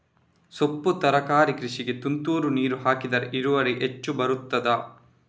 ಸೊಪ್ಪು ತರಕಾರಿ ಕೃಷಿಗೆ ತುಂತುರು ನೀರು ಹಾಕಿದ್ರೆ ಇಳುವರಿ ಹೆಚ್ಚು ಬರ್ತದ?